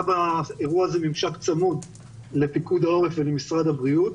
היה באירוע הזה ממשק צמוד לפיקוד העורף ולמשרד הבריאות,